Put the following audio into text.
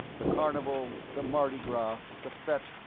the carnival, the mardi gras, the fete,